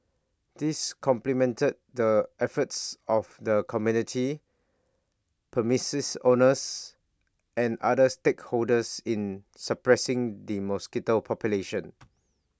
this complemented the efforts of the community premises owners and other stakeholders in suppressing the mosquito population